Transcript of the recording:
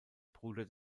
bruder